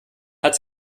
hat